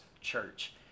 Church